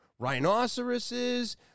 rhinoceroses